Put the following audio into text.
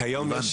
כיום,